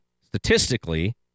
statistically